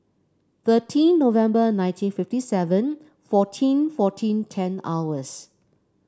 thirteen November nineteen fifty seven fourteen fourteen ten hours